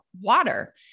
water